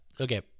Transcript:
okay